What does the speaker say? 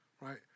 right